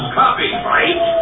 copyright